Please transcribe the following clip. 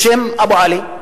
בשם אבו עלי,